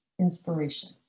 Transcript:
inspiration